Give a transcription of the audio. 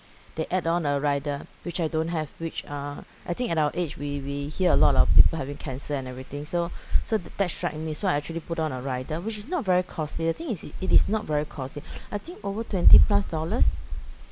they add on a rider which I don't have which uh I think at our age we we hear a lot of people having cancer and everything so so that strike me so I actually put on a rider which is not very costly the thing is it is not very costly I think over twenty plus dollars